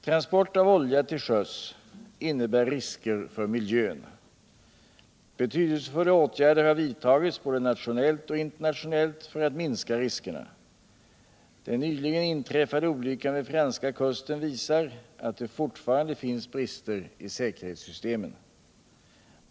Transport av olja till sjöss innebär risker för miljön. Betydelsefulla åtgärder har vidtagits både nationellt och internationellt för att minska riskerna. Den nyligen inträffade olyckan vid franska kusten visar att det forfarande finns brister i säkerhetssystemen.